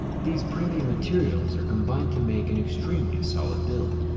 these premium materials are combined to make an extremely solid build.